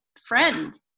friend